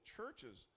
Churches